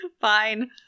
Fine